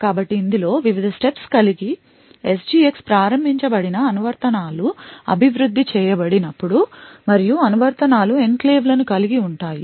కాబట్టి ఇందులో వివిధ steps కలిగి SGX ప్రారంభించబడిన అనువర్తనాలు అభివృద్ధి చేయబడి నప్పుడు మరియు అనువర్తనాలు ఎన్క్లేవ్లను కలిగి ఉంటాయి